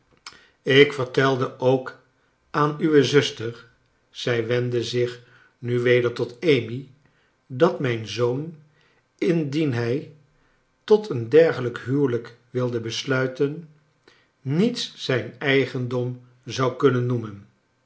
ik vertelde ook aan uwe zuster zij wendde zich nu weder tot amy dat mijn zoon indien hij tot een dergelijk huwelijk wilde besluiten niets zijn eigendom zou kunnen noemen